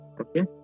Okay